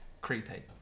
creepy